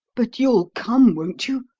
but you'll come, won't you?